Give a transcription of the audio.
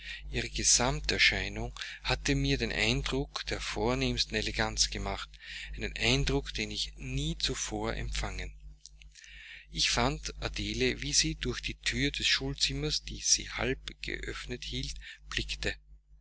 ihre gesamterscheinung hatte mir den eindruck der vornehmsten eleganz gemacht einen eindruck den ich nie zuvor empfangen ich fand adele wie sie durch die thür des schulzimmers die sie halb geöffnet hielt blickte